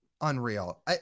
Unreal